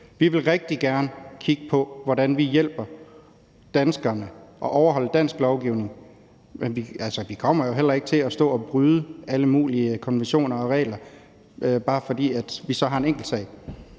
Vi vil rigtig gerne kigge på, hvordan vi hjælper danskerne og overholder dansk lovgivning. Men vi kommer ikke til at stå og bryde alle mulige konventioner og regler, bare fordi vi har en enkeltsag.